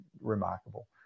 remarkable